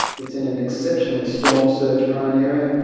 it's in an exceptionally storm surge-prone area.